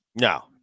No